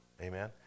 Amen